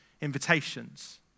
invitations